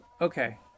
Okay